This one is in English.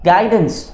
Guidance